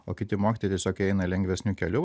o kiti mokytojai tiesiog eina lengvesniu keliu